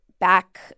back